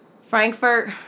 Frankfurt